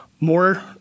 more